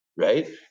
right